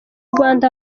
rwanda